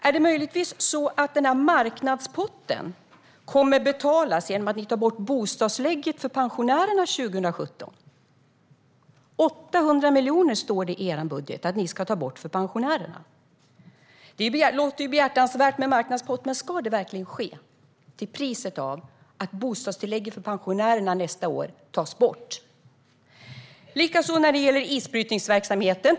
Är det möjligtvis så att marknadspotten kommer att betalas genom att ni tar bort bostadstillägget för pensionärer 2017? 800 miljoner står det i er budget att ni ska ta bort för pensionärerna. Det låter ju behjärtansvärt med en marknadspott, men ska det ske till priset av att nästa års bostadstillägg för pensionärer tas bort? Det är likadant när det gäller isbrytningsverksamheten.